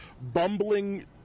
bumbling